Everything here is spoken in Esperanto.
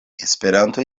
esperanto